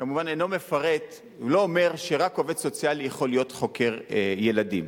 לא אומר שרק עובד סוציאלי יכול להיות חוקר ילדים.